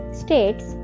states